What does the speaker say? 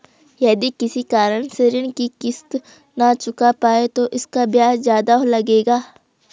यदि किसी कारण से ऋण की किश्त न चुका पाये तो इसका ब्याज ज़्यादा लगेगा?